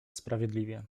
sprawiedliwie